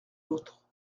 l’autre